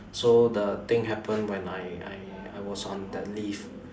so the thing happened when I I I was on that leave